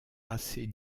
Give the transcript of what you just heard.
assez